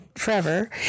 forever